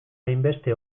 hainbeste